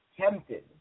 tempted